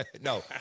no